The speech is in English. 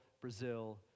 Brazil